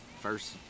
first